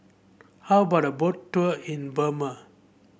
how about a Boat Tour in Burma